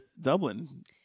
Dublin